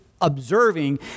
observing